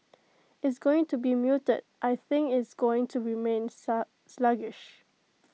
IT is going to be muted I think IT is going to remain slug sluggish